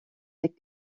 les